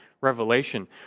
revelation